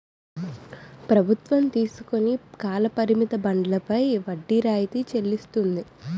ప్రభుత్వం తీసుకుని కాల పరిమిత బండ్లపై వడ్డీ రాయితీ చెల్లిస్తుంది